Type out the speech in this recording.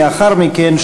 לאחר מכן,